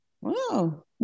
Wow